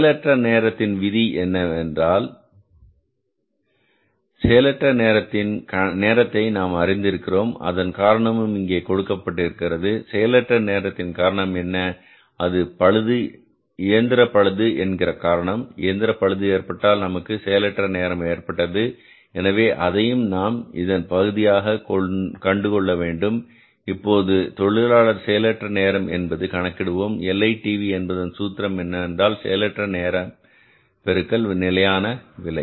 செயலற்ற நேரத்தின் விதி என்ன ஏனென்றால் செயலற்ற நேரத்தின் நேரத்தை நாம் அறிந்திருக்கிறோம் அதன் காரணமும் இங்கே கொடுக்கப்பட்டிருக்கிறது செயலற்ற நேரத்தின் காரணம் என்ன அது இயந்திர பழுது என்கிற காரணம் இயந்திர பழுது ஏற்பட்டதால் நமக்கு செயலற்ற நேரம் ஏற்பட்டது எனவே அதையும் நாம் இதன் பகுதியாக கண்டுகொள்ள வேண்டும் இப்போது தொழிலாளர் செயலற்ற நேரம் மாறுபாடு என்பதை கணக்கிடுவோம் LITV என்பதன் சூத்திரம் என்றால் செயல் அற்ற நேரம் பெருக்கல் நிலையான விலை